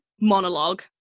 monologue